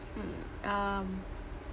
mm um